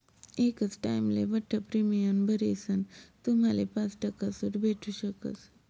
एकच टाइमले बठ्ठ प्रीमियम भरीसन तुम्हाले पाच टक्का सूट भेटू शकस